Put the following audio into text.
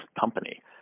company